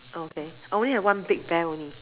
okay I only have one big bear only